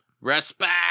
Respect